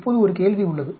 இப்போது ஒரு கேள்வி உள்ளது